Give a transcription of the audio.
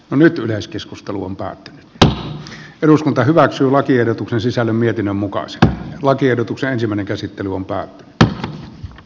monet yleiskeskusteluun päätti että eduskunta hyväksyy lakiehdotuksen sisällön mietinnön mukaiset lakiehdotuksen ensimmäinen käsittely ylimääräisten huuhtoutumisten takia